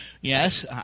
Yes